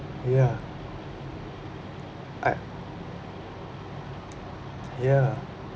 ya I ya